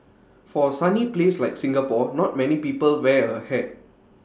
for A sunny place like Singapore not many people wear A hat